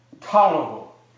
tolerable